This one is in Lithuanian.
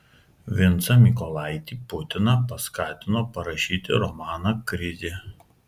vincą mykolaitį putiną paskatino parašyti romaną krizė